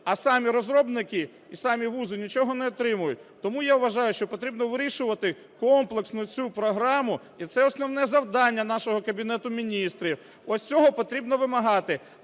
а самі розробники і самі вузи нічого не отримують. Тому я вважаю, що потрібно вирішувати комплексно цю програму, і це основне завдання нашого Кабінету Міністрів. Ось цього потрібно вимагати.